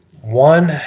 One